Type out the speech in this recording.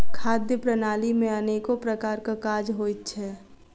खाद्य प्रणाली मे अनेको प्रकारक काज होइत छै